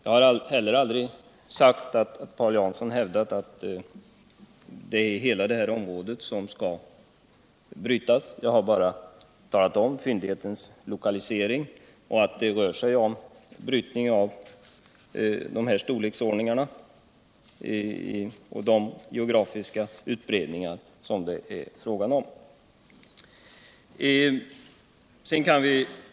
Jag har heller aldrig sagt att Paul Jansson hävdat att hela detta område skall brytas. Jag har bara berättat om fyndighetens lokalisering och sagt att det rör sig om brytningar av denna storleksordning och med denna geografiska utbredning.